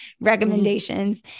recommendations